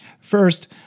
First